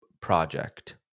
Project